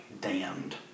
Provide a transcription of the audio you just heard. damned